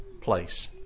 place